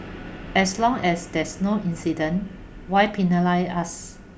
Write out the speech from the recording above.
as long as there's no incident why penalise us